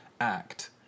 act